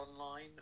online